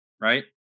right